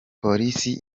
polisi